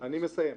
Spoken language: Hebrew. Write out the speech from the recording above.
אני מסיים.